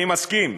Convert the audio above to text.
אני מסכים,